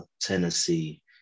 Tennessee